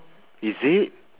is it